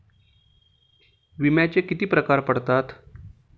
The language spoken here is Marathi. विम्याचे किती प्रकार पडतात?